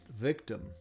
victim